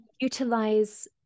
utilize